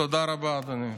תודה רבה, אדוני.